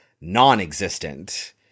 non-existent